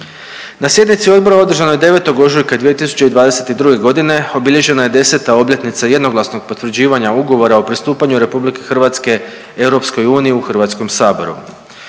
Na sjednici odbora održanoj 9. ožujka 2022. godine obilježena je 10 obljetnica jednoglasnog potvrđivanja Ugovora o pristupanju RH EU u Hrvatskom saboru.